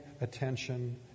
attention